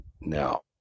Now